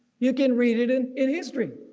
you can read it in in history.